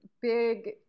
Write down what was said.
big